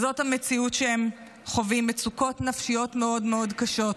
זאת המציאות שהם חווים, מצוקות נפשיות מאוד קשות.